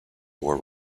were